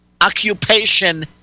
occupation